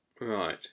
right